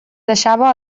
deixava